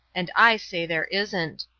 and i say there isn't.